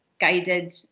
guided